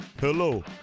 Hello